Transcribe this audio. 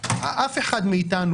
אף אחד מאיתנו